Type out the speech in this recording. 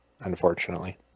unfortunately